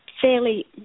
fairly